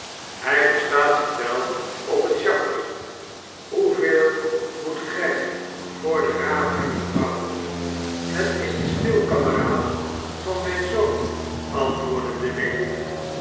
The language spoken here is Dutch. hij verstaat zich wel op het schacheren hoeveel moet gij voor de raaf hebben vrouw het is de speelkameraad van mijn zoon antwoordde de weduwe